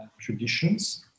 traditions